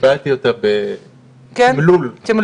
קיבלתי אותה בתמלול.